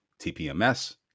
TPMS